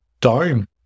down